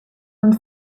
and